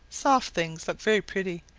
soft things look very pretty,